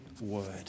word